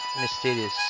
Mysterious